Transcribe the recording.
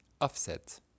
offset